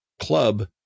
club